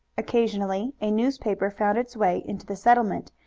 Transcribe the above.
occasionally a newspaper found its way into the settlement,